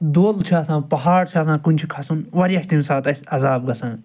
دۄب چھِ آسان پہاڑ چھِ آسان کُنہِ چھِ کھسُن واریاہ چھِ أمۍ ساتہٕ اَسہِ عزاب گژھان